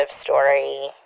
story